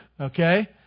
Okay